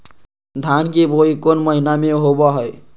धान की बोई कौन महीना में होबो हाय?